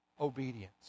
obedience